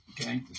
Okay